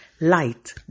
Light